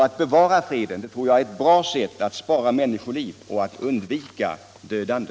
Att bevara freden tror jag är ett bra sätt att spara människoliv och att undvika dödande.